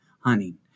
hunting